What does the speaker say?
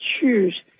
choose